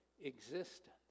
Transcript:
existence